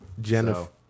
Jennifer